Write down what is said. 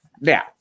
Now